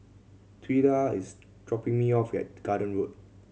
Twila is dropping me off at Garden Road